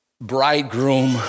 bridegroom